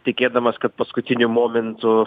tikėdamas kad paskutiniu momentu